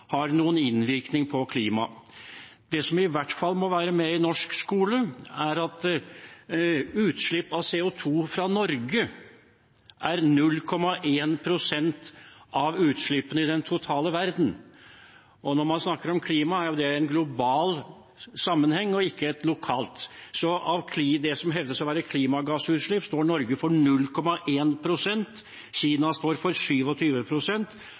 har noen innvirkning på klimaet. Det som i hvert fall må være med i norsk skole, er at utslipp av CO 2 fra Norge er 0,1 pst. av utslippene i den totale verden. Når man snakker om klima, er jo det i en global, ikke lokal, sammenheng. Av det som hevdes å være klimagassutslipp, står Norge for 0,1 pst., Kina for